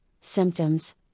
symptoms